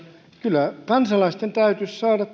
kyllä kansalaisten täytyisi saada